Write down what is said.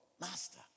master